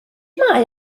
mae